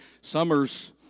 summer's